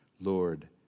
Lord